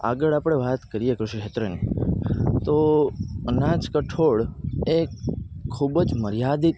આગળ આપણે વાત કરી કૃષિક્ષેત્રની તો અનાજ કઠોળ એ ખૂબ જ મર્યાદિત